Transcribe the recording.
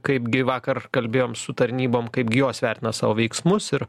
kaip gi vakar kalbėjom su tarnybom kaip jos vertina savo veiksmus ir